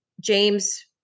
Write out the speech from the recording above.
James